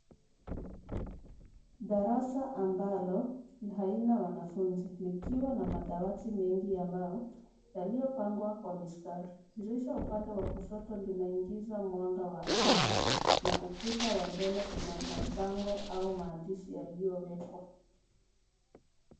Darasa ambalo haina wanafunzi likiwa na madawati mengi ambayo yaliyopangwa kwa mistari. Dirisha upande wa kushoto linaingiza mwanga wa asili na ukuta wa mbele una mabango au maandishi yaliyowekwa.